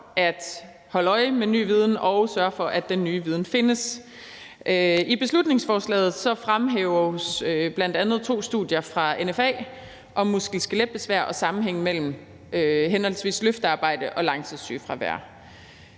at holde øje med ny viden og sørger for, at den nye viden findes. Kl. 10:44 I beslutningsforslaget fremhæves bl.a. to studier fra NFA om muskel- og skeletbesvær og sammenhængen mellem henholdsvis løftearbejde og langtidssygefravær.